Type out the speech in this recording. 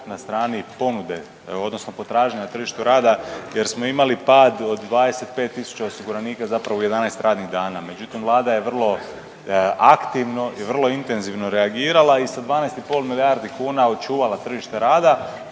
na strani ponude odnosno potražnje na tržištu rada, jer smo imali pad od 25000 osiguranika zapravo u 11 radnih dana. Međutim, Vlada je vrlo aktivno i vrlo intenzivno reagirala i sa 12 i pol milijardi kuna očuvala tržište rada,